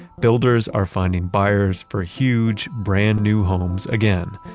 builders are finding buyers for huge brand new homes, again.